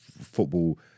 football